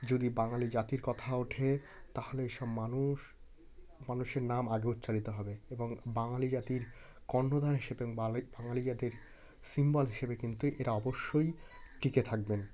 যদি বাঙালি জাতির কথা ওঠে তাহলে এসব মানুষ মানুষের নাম আগে উচ্চারিত হবে এবং বাঙালি জাতির কর্ণধার হিসেবে বাঙালি জাতির সিম্বল হিসেবে কিন্তু এরা অবশ্যই টিকে থাকবেন